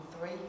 three